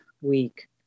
week